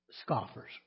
scoffers